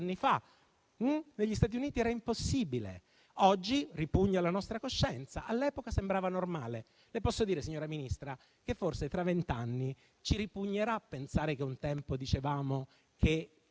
negli Stati Uniti era impossibile. Oggi ripugna alla nostra coscienza, ma all'epoca sembrava normale. Le posso dire, signora Ministra, che forse tra vent'anni ci ripugnerà pensare che un tempo dicevamo che